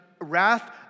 Wrath